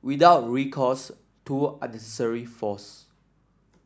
without recourse to unnecessary force